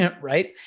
right